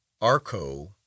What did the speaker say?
Arco